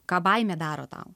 ką baimė daro tau